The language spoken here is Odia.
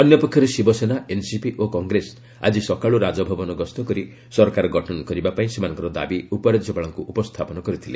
ଅନ୍ୟ ପକ୍ଷରେ ଶିବସେନା ଏନ୍ସିପି ଓ କଂଗ୍ରେସ ଆଜି ସକାଳୁ ରାଜଭବନ ଗସ୍ତ କରି ସରକାର ଗଠନ କରିବା ପାଇଁ ସେମାନଙ୍କର ଦାବି ରାଜ୍ୟପାଳଙ୍କୁ ଉପସ୍ଥାପନ କରିଥିଲେ